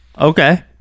Okay